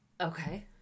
Okay